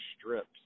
strips